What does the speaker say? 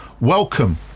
welcome